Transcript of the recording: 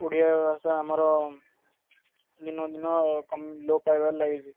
ଓଡ଼ିଆ ଭାଷା ଆମର ଦିନକୁ ଦିନ ଲୋପ ପାଇବାରେ ଲାଗିଛି